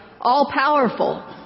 all-powerful